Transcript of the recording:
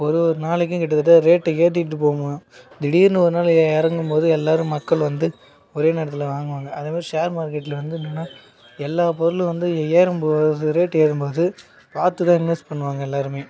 ஒரு ஒரு நாளைக்கும் கிட்டத்தட்ட ரேட்டு ஏற்றிக்கிட்டு திடீர்ன்னு ஒரு நாள் இறங்கும் போது எல்லாரும் மக்கள் வந்து ஒரே நேரத்தில் வாங்குவாங்க அதேமாரி ஷேர் மார்க்கெட்டில வந்து என்னானா எல்லா பொருளும் வந்து ஏறும்போது ரேட் ஏறும்போது பார்த்துதான் இன்வர்ஸ் பண்ணுவாங்க எல்லாருமே